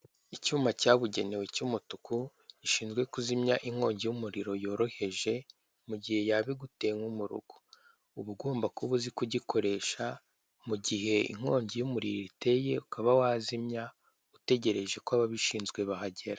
Icyuma cyabugenewe cy'umutuku gishinzwe kuzimya inkongi y'umuriro yoroheje mu gihe yaba iguteye nko mu rugo, uba ugomba kuba uzi kugikoresha mu gihe inkongi y'umuriro iteye ukaba wazimya utegereje ko ababishinzwe bahagera.